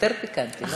יותר פיקנטי, לא?